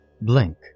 Blink